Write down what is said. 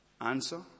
Answer